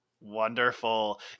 Wonderful